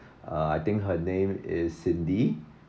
uh I think her name is cindy